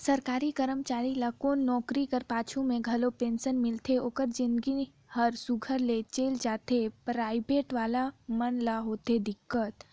सरकारी करमचारी ल तो नउकरी कर पाछू में घलो पेंसन मिलथे ओकर जिनगी हर सुग्घर ले चइल जाथे पराइबेट वाले मन ल होथे दिक्कत